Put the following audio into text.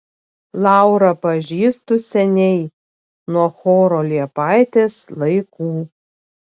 laurą pažįstu seniai nuo choro liepaitės laikų